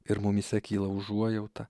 ir mumyse kyla užuojauta